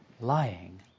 lying